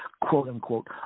quote-unquote